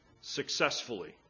successfully